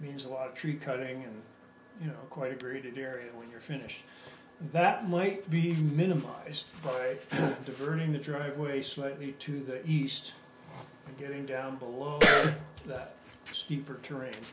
means a lot of tree cutting and you know quite agree to dare it when you're finished that might be minimised by diverting the driveway slightly to the east and getting down below that